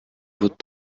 votre